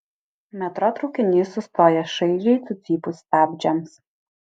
metro traukinys sustoja šaižiai sucypus stabdžiams